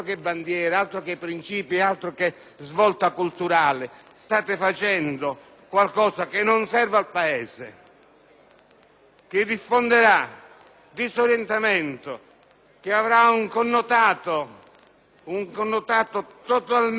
che diffonderà disorientamento, che avrà un connotato totalmente devastante per il nostro sistema giudiziario, perché saranno